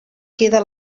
queda